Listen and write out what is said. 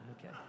okay